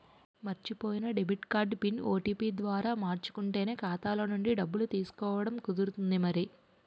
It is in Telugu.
మర్చిపోయిన డెబిట్ కార్డు పిన్, ఓ.టి.పి ద్వారా మార్చుకుంటేనే ఖాతాలో నుండి డబ్బులు తీసుకోవడం కుదురుతుంది మరి